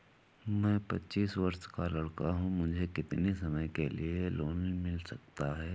मैं पच्चीस वर्ष का लड़का हूँ मुझे कितनी समय के लिए लोन मिल सकता है?